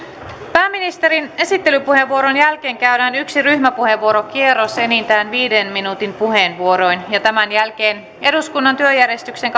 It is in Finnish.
pääministerin esittelypuheenvuoron jälkeen käydään yksi ryhmäpuheenvuorokierros enintään viiden minuutin puheenvuoroin tämän jälkeen eduskunnan työjärjestyksen